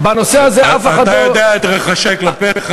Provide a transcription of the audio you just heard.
בנושא הזה אף אחד לא, אתה יודע את רחשי כלפיך.